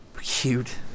cute